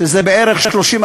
שזה בערך 30,